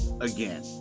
again